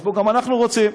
אז גם אנחנו רוצים.